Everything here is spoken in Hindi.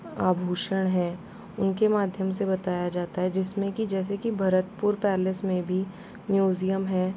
आभूषण हैं उनके माध्यम से बताया जाता है जिसमें कि जैसे कि भरतपुर पैलेस में भी म्यूज़ियम हैं